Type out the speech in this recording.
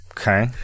Okay